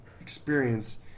experience